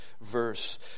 verse